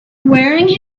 wearing